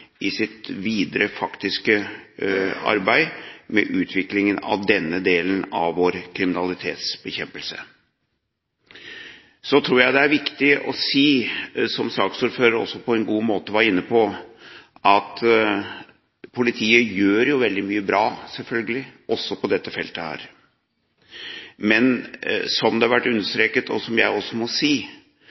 i sitt videre faktiske arbeid med utviklingen av denne delen av vår kriminalitetsbekjempelse. Så tror jeg det er viktig å si, som saksordføreren også på en god måte var inne på, at politiet gjør veldig mye bra, selvfølgelig – også på dette feltet. Men som det har vært understreket, og som jeg også må si,